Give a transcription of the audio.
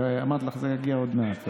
זה יגיע עוד מעט.